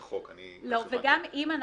הזו.